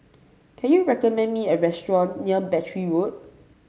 can you recommend me a restaurant near Battery Road